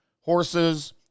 horses